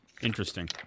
Interesting